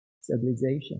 civilization